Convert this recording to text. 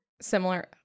similar